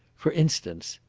for instance,